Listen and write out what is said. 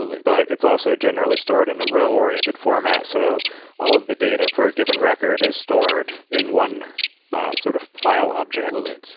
but it's also generally stored in a row oriented-format. so all of the data for a given record is stored in one sort of file object.